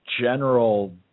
general